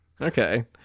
Okay